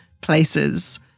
places